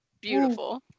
beautiful